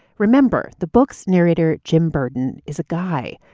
remember the book's narrator, jim burton is a guy.